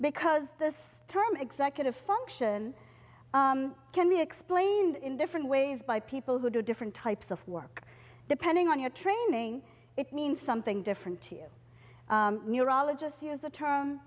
because this term executive function can be explained in different ways by people who do different types of work depending on your training it means something different to you neurologists use the term